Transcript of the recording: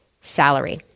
salary